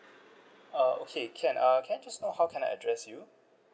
uh okay can uh can I just know how can I address you